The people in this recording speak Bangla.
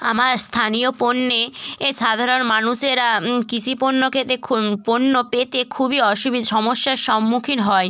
আমার স্থানীয় পণ্যে এ সাধারণ মানুষেরা কৃষিপণ্য খেতে পণ্য পেতে খুবই সমস্যার সম্মুখীন হয়